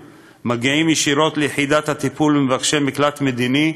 ישירות ליחידת הטיפול ומבקשי מקלט מדיני,